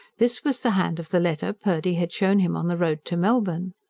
this was the hand of the letter purdy had shown him on the road to melbourne.